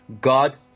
God